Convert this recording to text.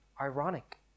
ironic